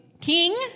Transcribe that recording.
King